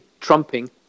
trumping